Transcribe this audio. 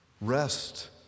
rest